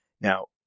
Now